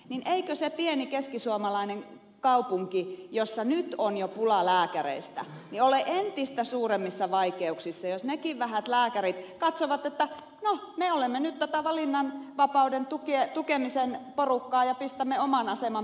eikö se pieni keskisuomalainen kaupunki jossa nyt on jo pula lääkäreistä ole entistä suuremmissa vaikeuksissa jos nekin vähät lääkärit katsovat että no me olemme nyt tätä valinnanvapauden tukemisen porukkaa ja pistämme oman aseman pystyyn